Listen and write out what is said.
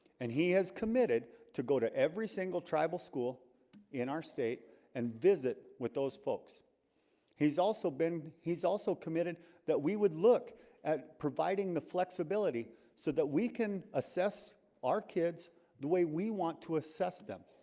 and he has committed to go to every single tribal school in our state and visit with those folks he's also been he's also committed that we would look at providing the flexibility so that we can assess our kids the way we want to assess them